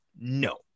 No